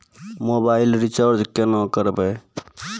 Mobile recharge केना करबै?